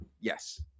Yes